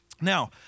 Now